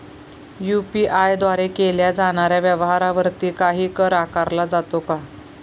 UPI द्वारे केल्या जाणाऱ्या व्यवहारावरती काही कर आकारला जातो का?